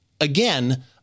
Again